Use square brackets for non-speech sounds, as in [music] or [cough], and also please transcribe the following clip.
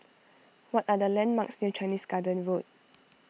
[noise] what are the landmarks near Chinese Garden Road